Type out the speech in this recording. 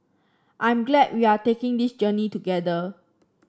I'm glad we are taking this journey together